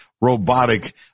robotic